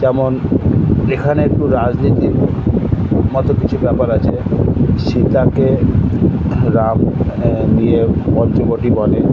যেমন এখানে তো রাজনীতির মতো কিছু ব্যাপার আছে সীতাকে রাম নিয়ে পঞ্চবটী বনে